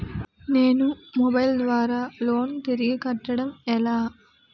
నేను మొబైల్ ద్వారా లోన్ తిరిగి కట్టడం ఎలా?